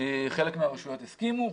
חלק מהרשויות הסכימו,